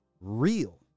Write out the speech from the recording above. real